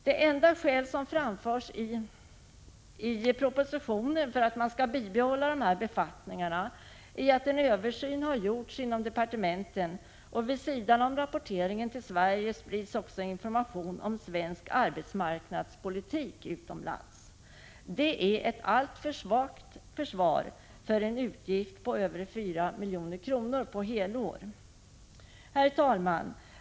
Det enda skäl som framförs i propositionen för att dessa befattningar skall bibehållas är att en översyn har gjorts inom departementen och att det vid sidan om rapporteringen till Sverige också sprids information utomlands om svensk arbetsmarknadspolitik. Det är ett alltför svagt försvar för en utgift på över 4 milj.kr. per helår. Herr talman!